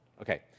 Okay